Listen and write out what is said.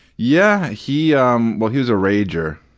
yeah. he um well, he was a rager.